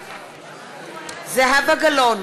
בעד זהבה גלאון,